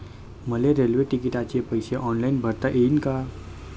मले रेल्वे तिकिटाचे पैसे ऑनलाईन भरता येईन का?